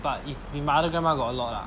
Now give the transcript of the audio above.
but if with my other grandma got a lot ah